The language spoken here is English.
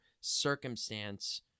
circumstance